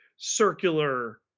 circular